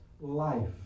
life